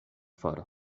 for